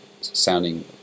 sounding